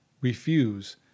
refuse